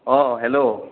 অঁ হেল্ল'